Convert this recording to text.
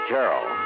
Carol